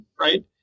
right